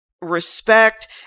respect